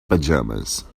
pajamas